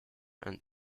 and